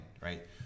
right